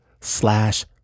slash